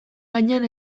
gainean